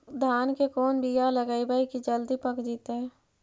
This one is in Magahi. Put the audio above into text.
धान के कोन बियाह लगइबै की जल्दी पक जितै?